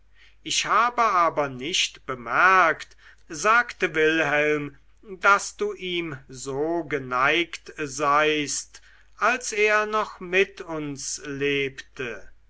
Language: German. ich habe aber nicht bemerkt sagte wilhelm daß du ihm so geneigt seist als er noch mit uns lebte